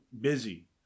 busy